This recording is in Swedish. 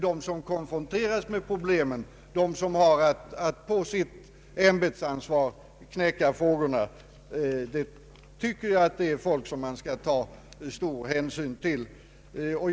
De som konfronteras med problemen, som har att på sitt ämbetsansvar knäcka frågorna, anser jag vara människor som man skall ta stor hänsyn till.